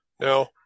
No